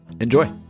enjoy